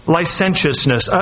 licentiousness